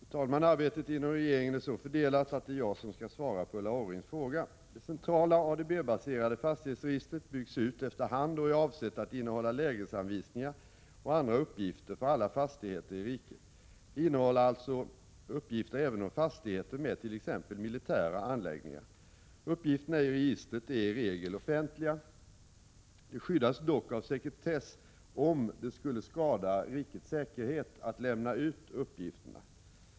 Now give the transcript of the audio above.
Fru talman! Arbetet inom regeringen är så fördelat att det är jag som skall svara på Ulla Orrings fråga. Det centrala ADB-baserade fastighetsregistret byggs ut efter hand och är avsett att innehålla lägesangivningar och andra uppgifter för alla fastigheter i riket. Det innehåller alltså uppgifter även om fastigheter med t.ex. militära anläggningar. Uppgifterna i registret är i regel offentliga. De skyddas dock av sekretess, om det skulle skada rikets säkerhet att lämna ut uppgifterna.